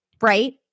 right